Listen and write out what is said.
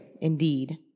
indeed